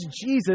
Jesus